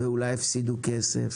ואולי יפסידו כסף.